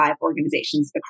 organizations